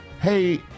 Hey